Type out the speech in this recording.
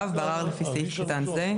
(ו)בערר לפי סעיף קטן זה,